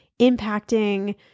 impacting